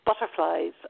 Butterflies